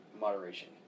moderation